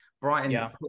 Brighton